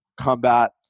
combat